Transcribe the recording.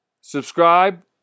Subscribe